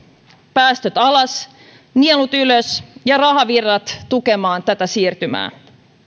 päästöt alas nielut ylös ja rahavirrat tukemaan tätä siirtymää